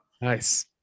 Nice